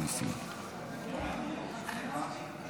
להלן תוצאות ההצבעה: 16 בעד, תשעה מתנגדים.